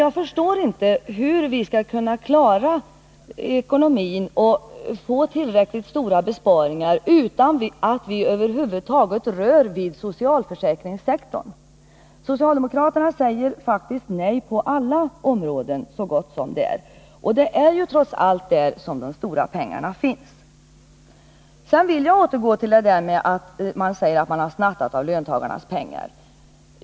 Jag förstår inte hur vi skall kunna klara ekonomin och få tillräckligt stora besparingar utan att vi över huvud taget rör vid socialförsäkringssektorn. Socialdemokraterna säger här faktiskt nej på så gott som alla områden. Det är trots allt här som de stora pengarna finns. Sedan vill jag återkomma till talet om att man snattat av löntagarnas pengar.